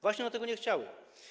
Właśnie dlatego nie chciały.